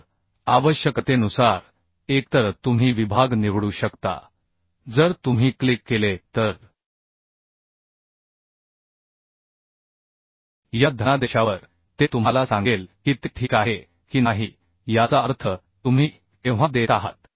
तर आवश्यकतेनुसार एकतर तुम्ही विभाग निवडू शकता जर तुम्ही क्लिक केले तर या धनादेशावर ते तुम्हाला सांगेल की ते ठीक आहे की नाही याचा अर्थ तुम्ही केव्हा देत आहात